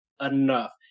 enough